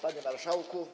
Panie Marszałku!